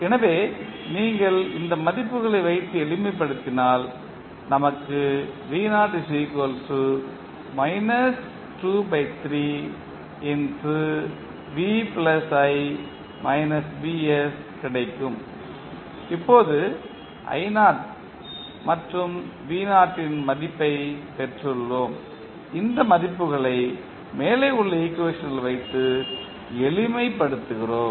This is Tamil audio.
எனவே நீங்கள் இந்த மதிப்புகளை வைத்து எளிமைப்படுத்தினால் நமக்கு கிடைக்கும் இப்போது மற்றும் இன் மதிப்பைப் பெற்றுள்ளோம் இந்த மதிப்புகளை மேலே உள்ள ஈக்குவேஷனில் வைத்து எளிமைப்படுத்துகிறோம்